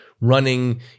running